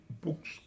books